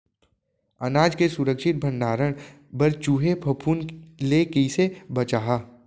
अनाज के सुरक्षित भण्डारण बर चूहे, फफूंद ले कैसे बचाहा?